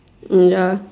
uh ya